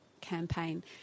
campaign